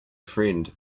friend